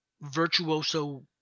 virtuoso